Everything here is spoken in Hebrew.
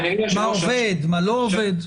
מה עובד, מה לא עובד?